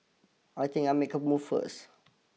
I think I'll make a move first